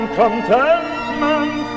contentment